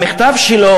במכתב שלו,